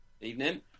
Evening